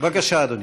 בבקשה, אדוני.